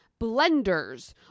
blenders